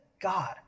God